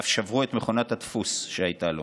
ואף שברו את מכונת הדפוס שהייתה לו.